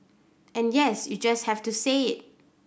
and yes you just have to say it